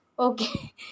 Okay